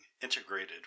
integrated